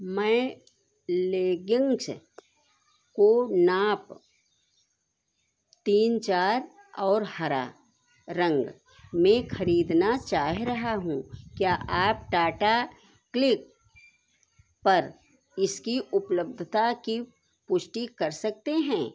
मैं लेगिंक्स को नाप तीन चार और हरे रंग में ख़रीदना चाहे रहा हूँ क्या आप टाटा क्लिक पर इसकी उपलब्धता की पुष्टि कर सकते हैं